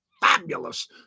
fabulous